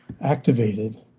activated